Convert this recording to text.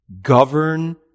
govern